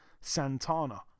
Santana